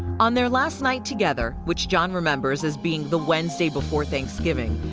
on their last night together which john remembers as being the wednesday before thanksgiving,